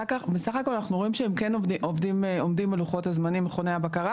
ובסך הכל אנחנו רואים שהם כן עומדים בלוחות הזמנים מכוני הבקרה